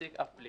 אף בלי